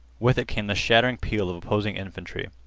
with it came the shattering peal of opposing infantry.